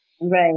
right